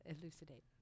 elucidate